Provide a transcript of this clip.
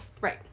right